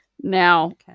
Now